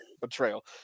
Betrayal